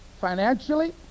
financially